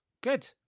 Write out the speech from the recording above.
Good